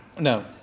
No